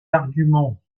arguments